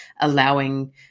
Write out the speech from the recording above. allowing